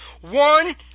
One